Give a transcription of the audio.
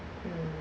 hmm